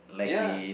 ya